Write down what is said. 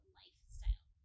lifestyle